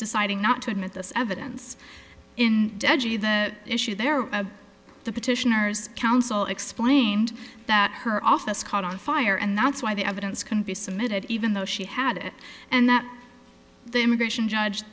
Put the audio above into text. deciding not to admit this evidence in edgy the issue there the petitioners counsel explained that her office caught on fire and that's why the evidence can be submitted even though she had it and that the immigration judge